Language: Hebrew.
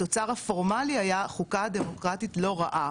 התוצר הפורמלי היה חוקה דמוקרטית לא רעה,